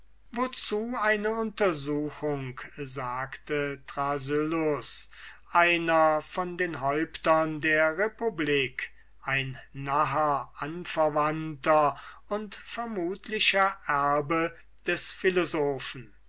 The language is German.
wozu eine untersuchung sagte thrasyllus einer von den häuptern der republik ein naher anverwandter und vermutlicher erbe des philosophen